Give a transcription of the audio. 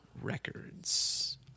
Records